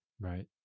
Right